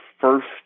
first